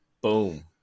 boom